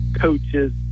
coaches